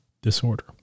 disorder